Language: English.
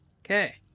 Okay